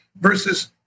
Versus